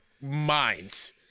minds